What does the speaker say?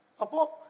Apo